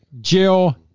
Jill